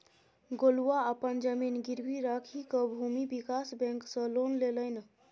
गोलुआ अपन जमीन गिरवी राखिकए भूमि विकास बैंक सँ लोन लेलनि